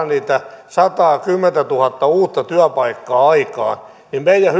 niitä satakymmentätuhatta uutta työpaikkaa aikaan meidän